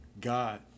God